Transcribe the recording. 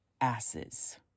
asses